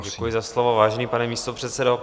Děkuji za slovo, vážený pane místopředsedo.